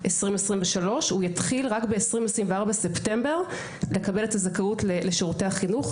באפריל 2023 הוא יתחיל לקבל את הזכאות לשירותי החינוך רק